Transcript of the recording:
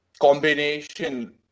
combination